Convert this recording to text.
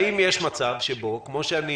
האם יש מצב שבו כמו שאני